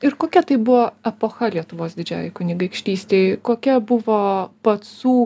ir kokia tai buvo epocha lietuvos didžiajai kunigaikštystei kokia buvo pacų